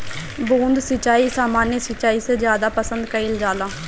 बूंद सिंचाई सामान्य सिंचाई से ज्यादा पसंद कईल जाला